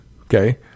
okay